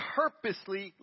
purposely